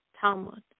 Talmud